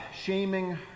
shaming